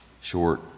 short